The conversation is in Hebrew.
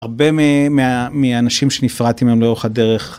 הרבה מאנשים שנפרדתי מהם לאורך הדרך.